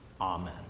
Amen